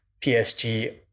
PSG